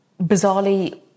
Bizarrely